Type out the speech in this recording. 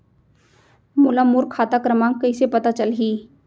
मोला मोर खाता क्रमाँक कइसे पता चलही?